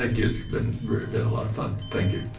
like it's been a lot of fun, thank you.